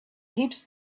heaps